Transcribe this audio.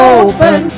open